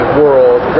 world